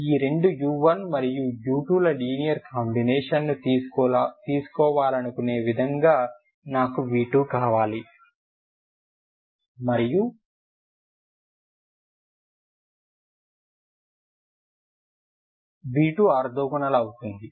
ఈ రెండు u1 మరియు u2 ల లీనియర్ కాంబినేషన్ని తీసుకోవాలనుకునే విధంగా నాకు v2 కావాలి కాబట్టి v2ఆర్తోగోనల్ అవుతుంది